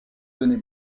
donnée